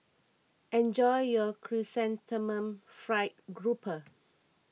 enjoy your Chrysanthemum Fried Grouper